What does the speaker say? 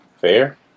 Fair